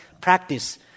practice